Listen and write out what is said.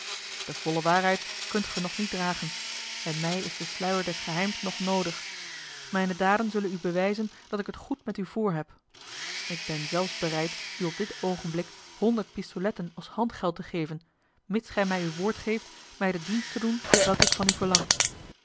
de volle waarheid kunt gij nog niet dragen en mij is de sluier des geheims nog noodig mijne daden zullen u bewijzen dat ik het goed met u voorheb ik ben zelfs bereid u op dit oogenblik honderd pistoletten als handgeld te geven mits gij mij uw woord geeft mij den dienst te doen welken ik van u verlang